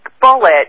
bullet